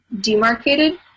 demarcated